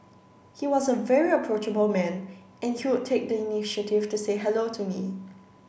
he was a very approachable man and he would take the initiative to say hello to me